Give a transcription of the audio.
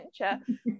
adventure